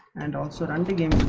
and also um began